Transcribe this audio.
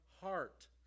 heart